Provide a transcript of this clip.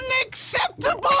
Unacceptable